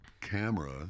camera